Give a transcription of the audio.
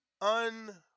Un